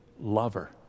lover